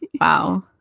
Wow